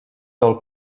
del